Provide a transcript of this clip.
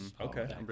okay